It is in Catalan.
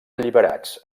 alliberats